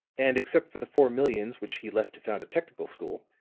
and except for the four millions which he left to found a technical school,